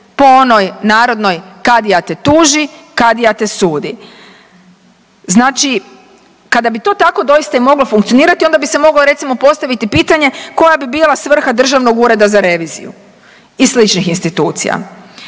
po onoj narodnoj kadija te tuži, kadija te sudi. Znači, kada bi to tako doista i moglo funkcionirati onda bi se moglo recimo postaviti pitanje koja bi bila svrha Državnog ureda za reviziju i sličnih institucija?